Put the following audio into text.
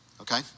okay